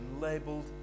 labeled